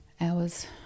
hours